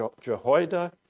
Jehoiada